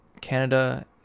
Canada